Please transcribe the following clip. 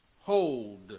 hold